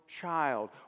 child